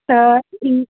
त ई